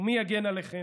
ומי יגן עליכם?